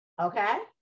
okay